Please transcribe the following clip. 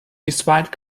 despite